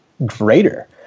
greater